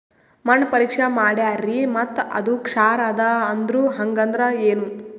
ಮಣ್ಣ ಪರೀಕ್ಷಾ ಮಾಡ್ಯಾರ್ರಿ ಮತ್ತ ಅದು ಕ್ಷಾರ ಅದ ಅಂದ್ರು, ಹಂಗದ್ರ ಏನು?